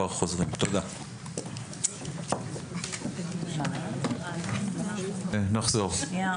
(הישיבה נפסקה בשעה 11:00 ונתחדשה בשעה